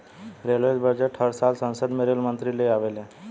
railway budget हर साल संसद में रेल मंत्री ले आवेले ले